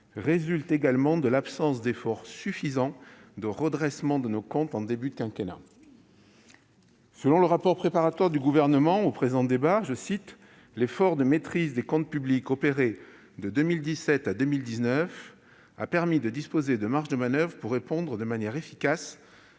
résulte de l'absence d'efforts suffisants de redressement de nos comptes publics au début du quinquennat. Selon le rapport préparatoire du Gouvernement au présent débat, « l'effort de maîtrise des comptes publics opéré de 2017 à 2019 a permis de disposer de marges de manoeuvre pour répondre de manière efficace